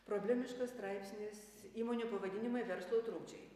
problemiškas straipsnis įmonių pavadinimai verslo trukdžiai